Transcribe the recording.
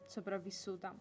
sopravvissuta